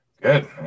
Good